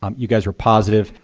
um you guys were positive.